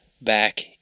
back